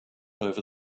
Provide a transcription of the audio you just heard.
over